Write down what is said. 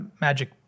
magic